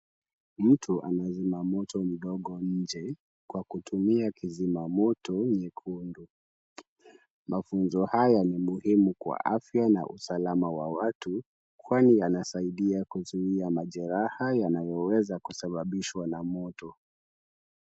Mtu anazima moto mdogo nje kwa kutumia kizima moto nyekundu. Mafunzo haya ni muhimu kwa afya na usalama wa watu, kwani yanasaidia kuzuia majeraha yanayoweza kusababishwa na moto.